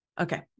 Okay